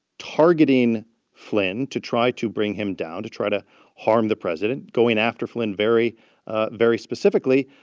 targeting flynn to try to bring him down, to try to harm the president, going after flynn very ah very specifically.